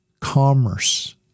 commerce